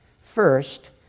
First